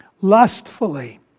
lustfully